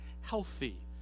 healthy